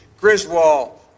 griswold